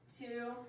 two